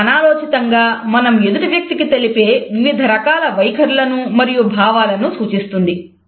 ఇది అనాలోచితంగా మనం ఎదుటి వ్యక్తికి తెలిపే వివిధ రకాల వైఖరులను మరియు భావనలను సూచిస్తుంది